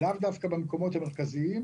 ולאו דווקא במקומות המרכזיים,